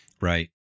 Right